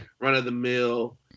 run-of-the-mill